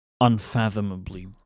unfathomably